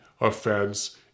offense